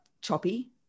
choppy